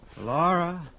Laura